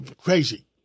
crazy